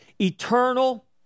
eternal